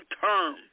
term